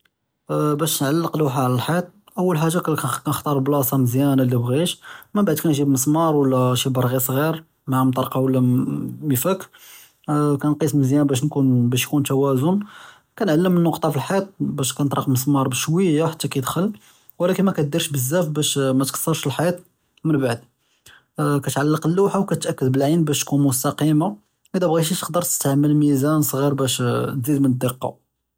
באש תעלק לאוח'ה אלאלחיט אול חאגה כנכּתאר בלאצע מזיאנה לי בּע'ית, מןבעד כנג'יב מסמאר ולא שי בּרע'י צע'יר מע מטרקה ולא מפכּ, נקס מזיאן בש יכון תאוזן, כנעְלם אלנוקטה פלאלחיט באש נטרוק מסמאר בשויה חתא כיכְּדכל ולכּן מדירש בזאף באש מתכּסרש אלחיט, מןבעד כתעלק אללאוח'ה וכּתאכּד בּלעין בש תכון מסתקימה, ואדא בּע'יתי תסתעמל מיזאן צע'יר בש תזיד מאלדקּה.